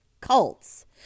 cults